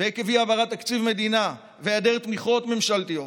ועקב אי-העברת תקציב מדינה והיעדר תמיכות ממשלתיות?